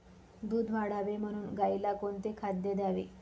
दूध वाढावे म्हणून गाईला कोणते खाद्य द्यावे?